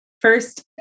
First